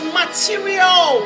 material